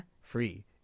free